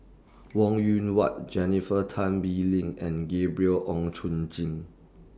Wong Yoon Wah Jennifer Tan Bee Leng and Gabriel Oon Chong Jin